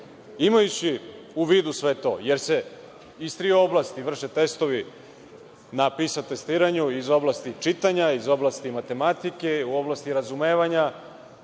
uraditi. Imajući u vidu sve to jer se iz tri oblasti vrše testovi na PISA testiranju iz oblasti čitanja, iz oblasti matematike, iz oblasti razumevanja